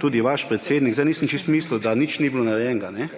tudi vaš predsednik. Nisem čisto mislil, da nič ni bilo narejenega,